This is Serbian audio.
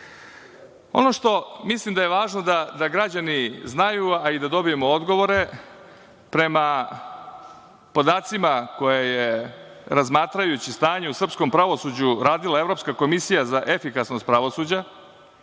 što mislim da je važno da građani znaju, a i da dobijemo odgovore prema podacima koje je razmatrajući stanje u srpskom pravosuđu radila Evropska komisija za efikasnost pravosuđa,